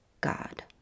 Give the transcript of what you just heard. God